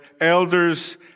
elders